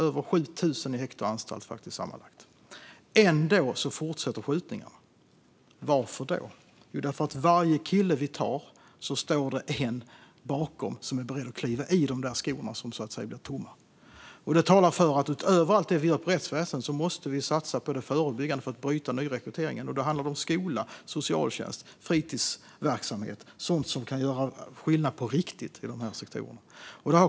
Sammanlagt är det faktiskt över 7 000 i häkten och på anstalter. Ändå fortsätter skjutningarna. Varför då? Jo, därför att det för varje kille vi tar står en bakom som är beredd att kliva i de skor som blir tomma. Det talar för att vi utöver allt det vi gör för rättsväsendet måste satsa på det förebyggande arbetet för att bryta nyrekryteringen. Då handlar det om skola, socialtjänst och fritidsverksamhet, som kan göra skillnad på riktigt i de här sektorerna.